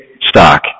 stock